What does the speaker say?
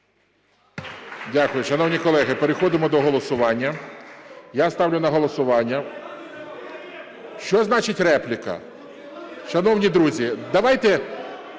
Дякую. Шановні колеги, переходимо до голосування. Я ставлю на голосування… (Шум у залі) Що значить репліка? Шановні друзі, давайте…